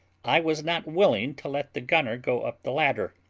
i was not willing to let the gunner go up the ladder,